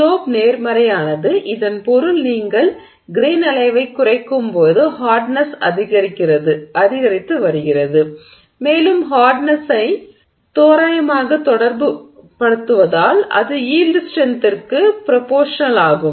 slope நேர்மறையானது இதன் பொருள் நீங்கள் கிரெய்ன் அளவைக் குறைக்கும்போது ஹார்ட்னெஸ் அதிகரித்து வருகிறது மேலும் ஹார்ட்னெஸை தோராயமாக தொடர்புபடுத்துவதால் அது யீல்டு ஸ்ட்ரென்த்திற்கு ப்ரோபோர்ஷனலாகும்